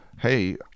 Hey